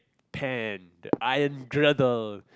pan iron